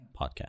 podcast